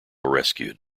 rescued